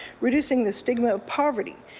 reducing the stigma of poverty,